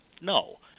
no